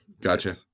Gotcha